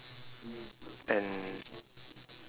and